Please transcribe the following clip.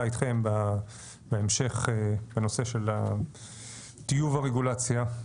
איתכם בהמשך בנושא של טיוב הרגולציה.